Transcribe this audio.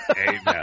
Amen